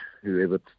whoever